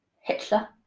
Hitler